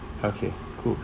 okay cool